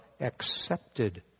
accepted